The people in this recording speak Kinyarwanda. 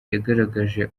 yagaragaje